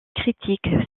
critiques